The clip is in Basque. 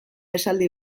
esaldi